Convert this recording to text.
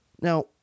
Now